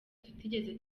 tutigeze